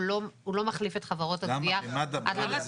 הוא לא מחליף את חברות הגבייה עד לנקודה הזאת.